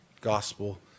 Gospel